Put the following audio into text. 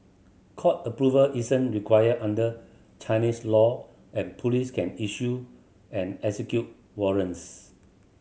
court approval isn't required under Chinese law and police can issue and execute warrants